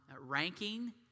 ranking